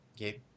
okay